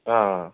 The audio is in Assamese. অ'